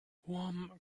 warm